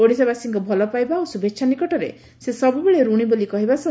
ଓଡିଶାବାସୀଙ୍କ ଭଲପାଇବା ଓ ଶୁଭେଛା ନିକଟରେ ସେ ସବୁବେଳେ ଋଣୀ ବୋଲି ସେ କହିଛନ୍ତି